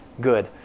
good